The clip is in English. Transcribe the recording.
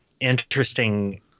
interesting